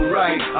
right